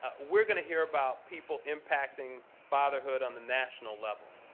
ah we're going to hear about people impacting fatherhood on the national level.